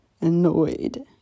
annoyed